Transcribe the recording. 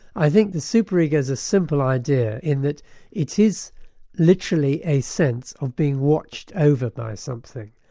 i think the super ego is a simple idea in that it is literally a sense of being watched over by something.